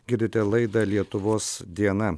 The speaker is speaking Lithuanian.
girdite laidą lietuvos diena